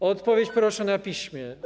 O odpowiedź proszę na piśmie.